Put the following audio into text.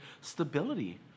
stability